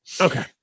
Okay